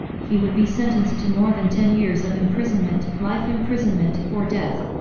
he would be sentenced to more than ten years of imprisonment, life imprisonment, or death.